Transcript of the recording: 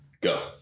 Go